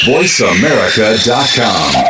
VoiceAmerica.com